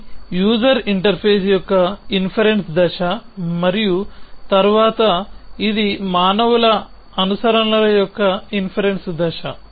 ఇది user interface యొక్క inference దశ మరియు తరువాత ఇది మానవుల అనుసరణల యొక్క ఇన్ఫెరెన్స్ దశ